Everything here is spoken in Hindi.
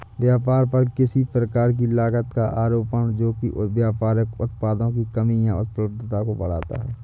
व्यापार पर किसी प्रकार की लागत का आरोपण जो कि व्यापारिक उत्पादों की कीमत या उपलब्धता को बढ़ाता है